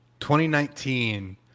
2019